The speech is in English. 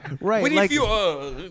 right